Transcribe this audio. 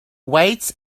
weights